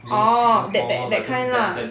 or that that that kind lah